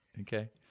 okay